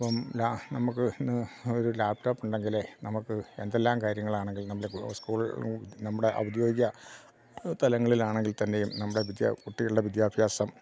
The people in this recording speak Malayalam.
ഇപ്പം നമുക്ക് ഇന്ന് ഒരു ലാപ്ടോപ്പ് ഉണ്ടെങ്കിൽ നമുക്ക് എന്തെല്ലാം കാര്യങ്ങളാണെങ്കിൽ നമ്മൾ ഇപ്പം സ്കൂള നമ്മുടെ ഔദ്യോഗിക സ്ഥലങ്ങളിലാണെങ്കിൽ തന്നെയും നമ്മുടെ വിദ്യ കുട്ടികളുടെ വിദ്യാഭ്യാസം